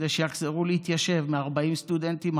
כדי שיחזרו להתיישב: מ-40 סטודנטים,